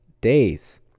days